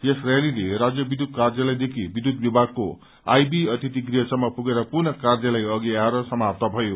यस र्यालीले राज्य विध्यूत कायलयदेखि विध्यूत विभागको आईबी अतिथि गृहसमम पुगेर पुनः कायलय अघि आएर समाप्त भयो